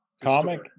comic